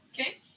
Okay